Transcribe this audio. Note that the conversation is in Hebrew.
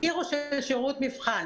תסקיר הוא של שירות מבחן.